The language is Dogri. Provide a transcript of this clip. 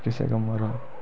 किसै कम्मै'रै